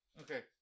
okay